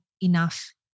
enough